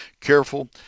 careful